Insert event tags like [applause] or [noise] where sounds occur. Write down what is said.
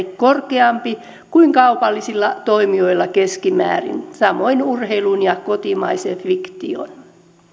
[unintelligible] korkeampi kuin kaupallisilla toimijoilla keskimäärin samoin urheilun ja kotimaisen fiktion